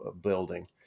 building